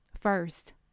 first